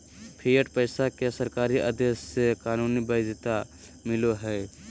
fiat पैसा के सरकारी आदेश से कानूनी वैध्यता मिलो हय